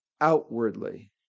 outwardly